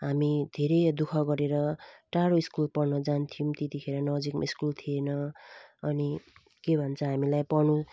हामी धेरै दुख गरेर टाढा स्कुल पढ्न जान्थ्यौँ त्यतिखेर नजिकमा स्कुल थिएन अनि के भन्छ हामीलाई पढ्नु